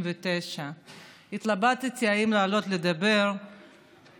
הזה ואת הפגיעה הציבורית ובזבוז משאבי ציבור לשווא